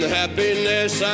happiness